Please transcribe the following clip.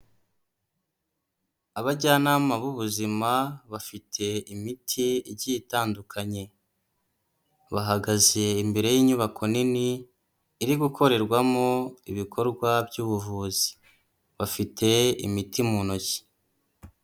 Abajyanama b'ubuzima bafite imiti igiye itandukanye. Bahagaze imbere y'inyubako nini, iri gukorerwamo ibikorwa by'ubuvuzi. Bafite imiti mu ntoki.